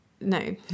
no